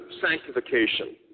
sanctification